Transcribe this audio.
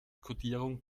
kodierung